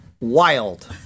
wild